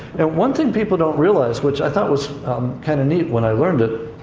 and one thing people don't realize, which i thought was kind of neat when i learned it.